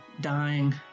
dying